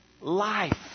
life